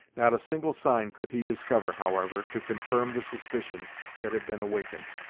not a single sign could he discover, however, to confirm the suspicions that had been awakened.